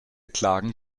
klagen